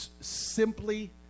simply